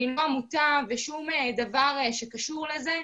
אני לא עמותה ושום דבר שקשור לזה,